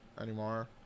anymore